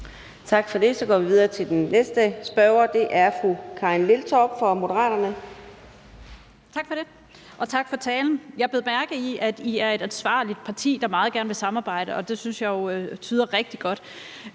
Tak for det. Så går vi videre til den næste spørger, og det er fru Karin Liltorp fra Moderaterne. Kl. 14:36 Karin Liltorp (M): Tak for det, og tak for talen. Jeg bed mærke i, at I er et ansvarligt parti, der meget gerne vil samarbejde, og det synes jeg jo tyder rigtig godt.